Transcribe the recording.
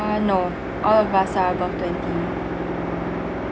uh no all of us are above twenty